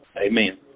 Amen